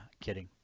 Kidding